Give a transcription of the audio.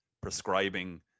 prescribing